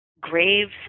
graves